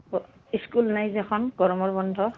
অ school নাই যে এখন গৰমৰ বন্ধ